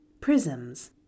Prisms